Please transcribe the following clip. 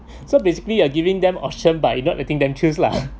so basically you're giving them option by not letting them choose lah